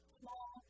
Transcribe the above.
small